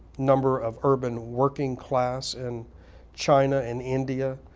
number of urban working class in china and india,